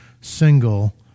single